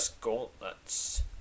Gauntlets